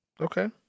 Okay